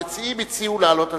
המציעים הציעו להעלות לסדר-היום.